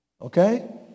okay